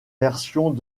versions